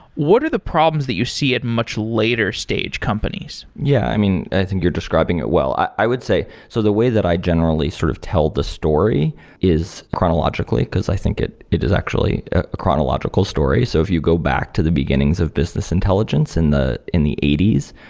what are the problems that you see at much later stage companies? yeah. i mean, i think you're describing it well. i i would say, so the way that i generally sort of tell the story is chronologically, because i think it it is actually a chronological story. so if you go back to the beginnings of business intelligence in the in the eighty s,